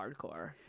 hardcore